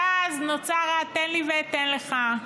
ואז, נוצר ה"תן לי ואתן לך":